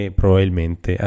probabilmente